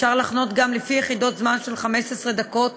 אפשר לחנות גם לפי יחידות זמן של 15 דקות